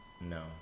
No